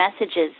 messages